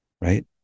right